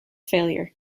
failure